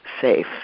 safe